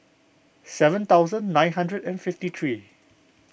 seven thousand nine hundred and fifty three